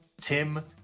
Tim